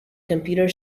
computer